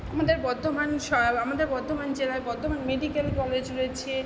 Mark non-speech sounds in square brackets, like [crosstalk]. আমাদের বর্ধমান [unintelligible] আমাদের বর্ধমান জেলায় বর্ধমান মেডিকেল কলেজ রয়েছে